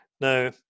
Now